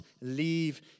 leave